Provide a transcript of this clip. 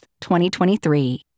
2023